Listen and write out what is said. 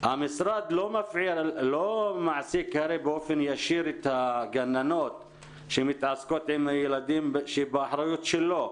המשרד לא מעסיק באופן ישיר את הגננות שמתעסקות עם ילדים שבאחריות שלו.